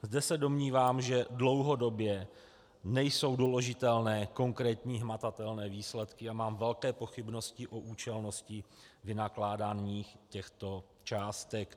Zde se domnívám, že dlouhodobě nejsou doložitelné konkrétní hmatatelné výsledky, a mám velké pochybnosti o účelnosti vynakládání těchto částek.